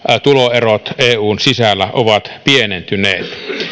tuloerot eun sisällä ovat pienentyneet